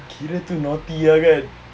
kira tu naughty ah kan